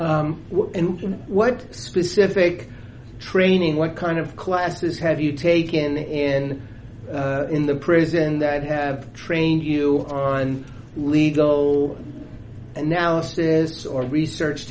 tune what specific training what kind of classes have you taken in in the prison that have trained you on legal analysis or research